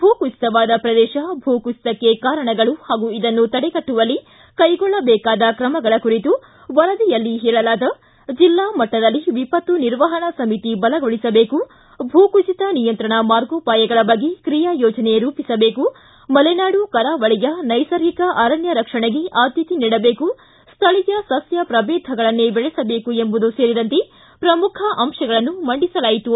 ಭೂಕುಸಿತವಾದ ಪ್ರದೇಶ ಭೂಕುಸಿತಕ್ಕೆ ಕಾರಣಗಳು ಹಾಗೂ ಇದನ್ನು ತಡೆಗಟ್ಟುವಲ್ಲಿ ಕೈಗೊಳ್ಳಬೇಕಾದ ಕ್ರಮಗಳ ಕುರಿತು ವರದಿಯಲ್ಲಿ ಹೇಳಲಾದ ಜಿಲ್ಲಾ ಮಟ್ಟದಲ್ಲಿ ವಿಪತ್ತು ನಿರ್ವಹಣಾ ಸಮಿತಿ ಬಲಗೊಳಿಸಬೇಕು ಭೂಕುಸಿತ ನಿಯಂತ್ರಣ ಮಾರ್ಗೊಪಾಯಗಳ ಬಗ್ಗೆ ಕ್ರಿಯಾ ಯೋಜನೆ ರೂಪಿಸಬೇಕು ಮಲೆನಾಡು ಕರಾವಳಿಯ ನೈಸರ್ಗಿಕ ಅರಣ್ಯ ರಕ್ಷಣೆಗೆ ಆದ್ಯತೆ ನೀಡಬೇಕು ಸ್ಥಳಿಯ ಸಸ್ಯ ಶ್ರಬೇಧಗಳನ್ನೇ ಬೆಳೆಸಬೇಕು ಎಂಬುದು ಸೇರಿದಂತೆ ಶ್ರಮುಖ ಅಂಶಗಳನ್ನು ಮಂಡಿಸಲಾಯಿತು